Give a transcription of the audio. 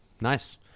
Nice